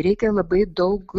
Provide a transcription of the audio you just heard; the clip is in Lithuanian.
reikia labai daug